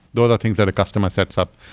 those are things that a customer sets up.